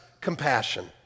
compassion